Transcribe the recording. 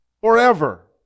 forever